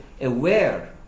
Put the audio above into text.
aware